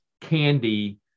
candy